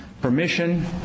permission